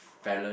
fella